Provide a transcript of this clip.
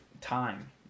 time